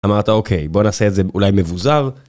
אמרת אוקיי, בוא נעשה את זה אולי מבוזר